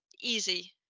easy